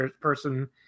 person